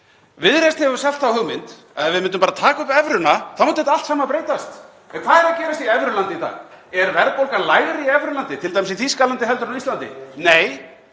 Viðreisn hefur selt þá hugmynd að ef við myndum bara taka upp evruna þá myndi þetta allt saman að breytast. En hvað er að gerast í evrulandi í dag? Er verðbólga lægri í evrulandi, t.d. í Þýskalandi? En á Íslandi? Nei.